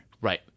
right